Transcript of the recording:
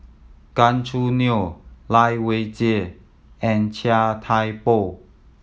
Gan Choo Neo Lai Weijie and Chia Thye Poh